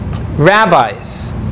rabbis